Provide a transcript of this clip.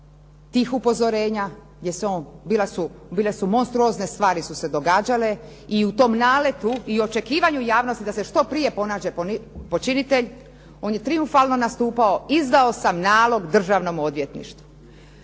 tih upozorenja jer su se monstruozne stvari događale i u tom naletu i očekivanju javnosti da se što prije pronađe počinitelj on je trijumfalno nastupao izdao sam nalog državnom odvjetništvu.